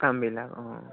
কামবিলাক অঁ